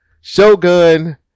Shogun